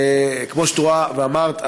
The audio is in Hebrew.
כמו שאת רואה ואמרת,